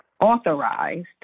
authorized